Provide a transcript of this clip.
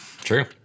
True